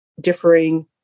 differing